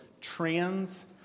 trans